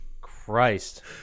Christ